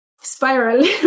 spiral